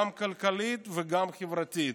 היא גם כלכלית וגם חברתית.